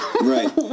Right